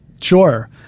Sure